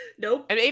Nope